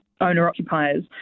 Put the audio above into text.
owner-occupiers